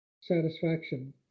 satisfaction